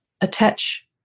attach